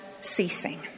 ceasing